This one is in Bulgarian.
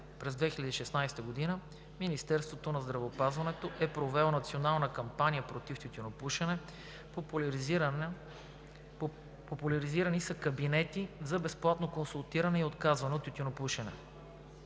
През 2016 г. Министерството на здравеопазването е провело национална кампания против тютюнопушене, популяризирани са кабинети за безплатно консултиране и отказване от тютюнопушене.